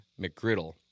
McGriddle